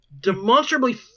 demonstrably